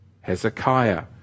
Hezekiah